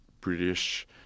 British